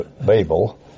Babel